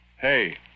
Hey